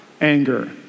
anger